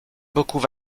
beaucoup